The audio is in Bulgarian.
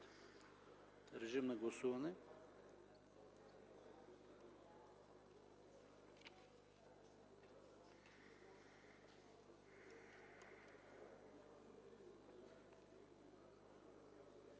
Режим на гласуване,